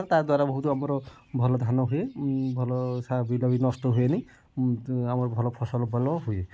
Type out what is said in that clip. ତା ଦ୍ୱାରା ବହୁତ ଆମର ଭଲ ଧାନ ହୁଏ ଭଲ ସାର ବିଲବି ନଷ୍ଟ ହୁଏନି ଆମର ଭଲ ଫସଲ ଭଲ ହୁଏ